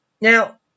Now